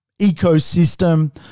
ecosystem